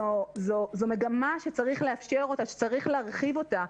זו מגמה שצריך לאפשר אותה, שצריך להרחיב אותה.